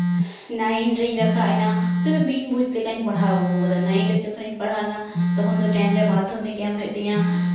nine ᱨᱤᱧ ᱨᱟᱠᱟᱵ ᱮᱱᱟ ᱛᱳ ᱵᱤᱱ ᱵᱩᱡᱽ ᱞᱮᱠᱟᱧ ᱯᱟᱲᱦᱟᱣ ᱟᱹᱜᱩ ᱟᱠᱟᱫᱟ ᱱᱟᱭᱤᱱ ᱨᱮ ᱡᱚᱠᱷᱚᱱᱤᱧ ᱯᱟᱲᱦᱟᱣ ᱞᱮᱱᱟ ᱛᱚᱠᱷᱚᱱ ᱫᱚ ᱴᱮᱱ ᱨᱮ ᱢᱟᱫᱽᱫᱷᱚᱢᱤᱠ ᱮᱢ ᱦᱩᱭᱩᱜ ᱛᱤᱧᱟ